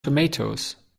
tomatoes